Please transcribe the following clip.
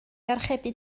archebu